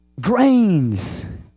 grains